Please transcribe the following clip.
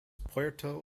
puerto